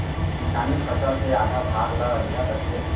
किसानी फसल के आधा भाग ल अधिया कथें